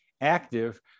active